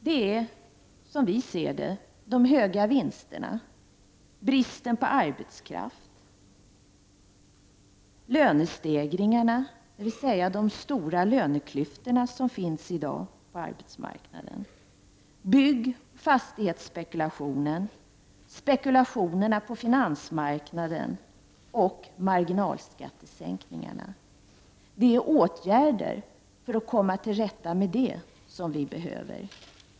Dessa är, som vi ser det, de höga vinsterna, bristen på arbetskraft, lönestegringarna, dvs. de stora löneklyftor som finns i dag på arbetsmarknaden, byggoch fastighetsspekulationen, spekulationerna på finansmarknaden och marginalskattesänkningarna. Det är åtgärder för att komma till rätta med detta som vi behöver.